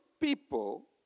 people